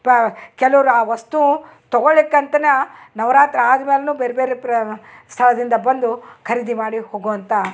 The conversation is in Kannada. ಪ ಕೆಲವ್ರ ಆ ವಸ್ತು ತಗೊಳ್ಳಿಕ್ಕಂತನ ನವರಾತ್ರಿ ಆದ್ಮೇಲುನು ಬೇರೆ ಬೇರೆ ಪ್ರ ಸ್ಥಳದಿಂದ ಬಂದು ಖರೀದಿ ಮಾಡಿ ಹೋಗುವಂಥ